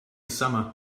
summer